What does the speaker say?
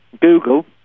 Google